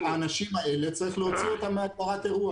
האלה, צריך להוציא אותם מהגדרת אירוע.